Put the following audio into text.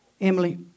Emily